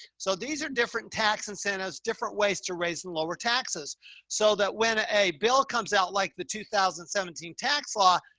so these are different tax incentives, different ways to raise and lower taxes so that when a bill comes out like the two thousand and seventeen tax law,